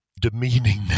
demeaning